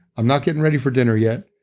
i'm not getting ready for dinner yet,